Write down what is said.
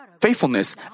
faithfulness